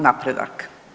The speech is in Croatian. napredak.